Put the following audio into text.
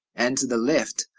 and to the left,